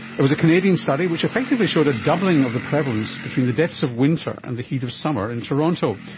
it was a canadian study which effectively showed a doubling of the prevalence between the depths of winter and the heat of summer in toronto.